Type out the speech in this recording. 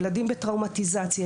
ילדים בטראומתיזציה,